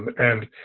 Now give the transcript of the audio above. and and